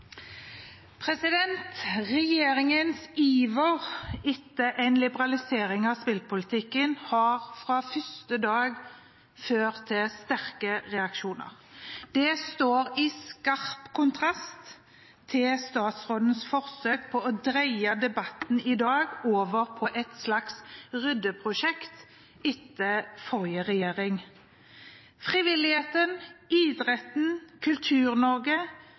minutter. Regjeringens iver etter en liberalisering av spillpolitikken har fra første dag ført til sterke reaksjoner. Det står i skarp kontrast til statsrådens forsøk på å dreie debatten i dag over på et slags ryddeprosjekt etter forrige regjering. Frivilligheten, idretten